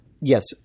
Yes